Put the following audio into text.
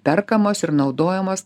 perkamos ir naudojamos